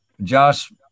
josh